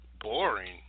boring